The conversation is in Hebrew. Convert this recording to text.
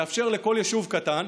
מאפשר לכל יישוב קטן.